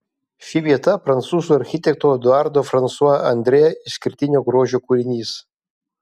ši vieta prancūzų architekto eduardo fransua andrė išskirtinio grožio kūrinys